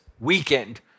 weekend